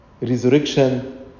Resurrection